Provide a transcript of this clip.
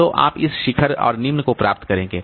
तो आप इस शिखर और निम्न को प्राप्त करेंगे